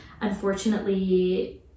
Unfortunately